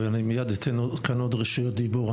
ואני מייד אתן כאן עוד רשויות דיבור.